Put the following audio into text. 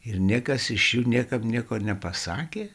ir niekas iš jų niekam nieko nepasakė